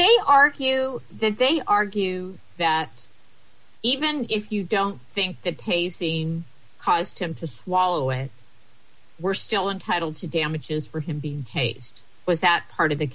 they argue then they argue that even if you don't think the tasing caused him to swallow and were still entitled to damages for him being chased was that part of the